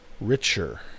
richer